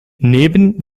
neben